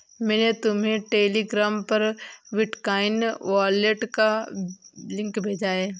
मैंने तुम्हें टेलीग्राम पर बिटकॉइन वॉलेट का लिंक भेजा है